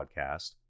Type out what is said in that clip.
podcast